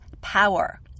power